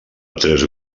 tres